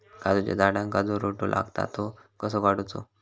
काजूच्या झाडांका जो रोटो लागता तो कसो काडुचो?